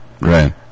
Right